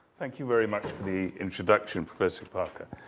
thank you very much for the introduction, professor parker,